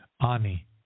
Ani